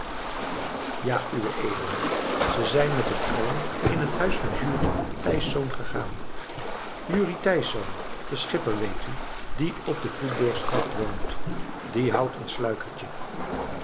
ja uwe edelheid ze zijn met hun allen in het huis van jurrie thijsz gegaan jurrie thijsz de schipper weet u die op de coebrugsgraft woont die houdt een sluikertje